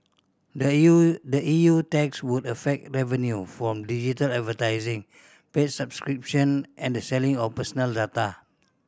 the E U the E U tax would affect revenue from digital advertising paid subscription and the selling of personal data